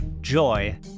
joy